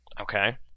Okay